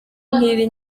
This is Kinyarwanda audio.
nk’ibi